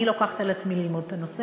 אני לוקחת על עצמי ללמוד את הנושא,